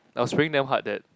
I was praying damn hard that